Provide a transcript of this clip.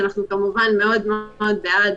שאנחנו כמובן מאוד מאוד בעד.